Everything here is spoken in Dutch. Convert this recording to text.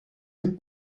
een